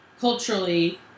culturally